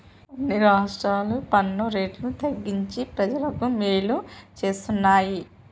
కొన్ని రాష్ట్రాలు పన్ను రేటు తగ్గించి ప్రజలకు మేలు చేస్తున్నాయి